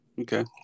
Okay